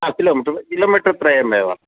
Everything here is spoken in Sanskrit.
हा किलोमिटर् किलोमिटर्त्रयमेव